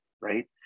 right